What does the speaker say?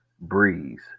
Breeze